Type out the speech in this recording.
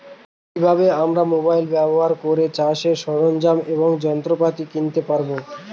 কি ভাবে আমরা মোবাইল ব্যাবহার করে চাষের সরঞ্জাম এবং যন্ত্রপাতি কিনতে পারবো?